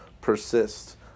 persist